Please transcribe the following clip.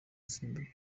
zimbabwe